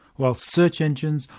while search engines,